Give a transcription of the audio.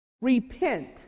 Repent